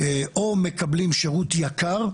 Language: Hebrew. או מקבלים שירות יקר,